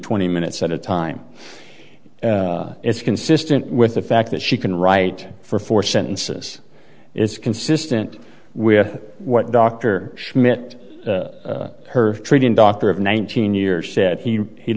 twenty minutes at a time it's consistent with the fact that she can write for four sentences it's consistent with what dr schmidt her treating doctor of nineteen years said he he